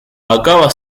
acaba